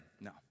No